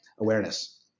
awareness